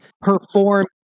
perform